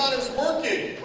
working